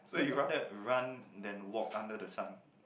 so you rather run than walk under the sun